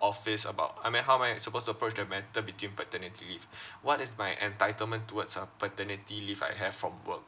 office about I mean how am I supposed to approach the matter between paternity leave what is my entitlement towards uh paternity leave I have from work